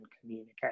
communicate